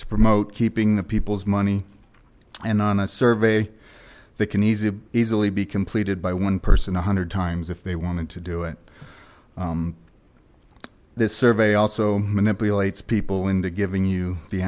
to promote keeping the people's money and on a survey they can easily easily be completed by one person one hundred times if they want to do it this survey also manipulates people into giving you the